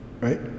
Right